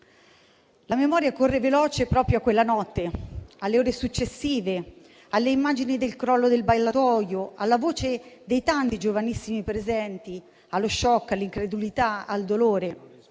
La memoria corre veloce proprio a quella notte, alle ore successive, alle immagini del crollo del ballatoio, alla voce dei tanti giovanissimi presenti, allo *shock*, all'incredulità e al dolore.